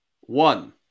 One